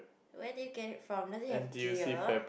where did you get it from does it have gear